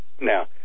now